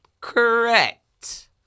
Correct